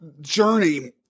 journey